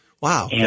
Wow